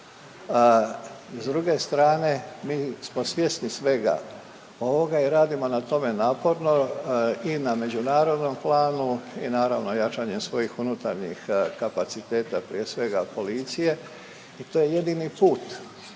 S druge strane mi smo svjesni svega ovoga i radimo na tome naporno i na međunarodnom planu i naravno jačanje svojih unutarnjih kapaciteta prije svega policije i to je jedini put,